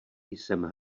jsem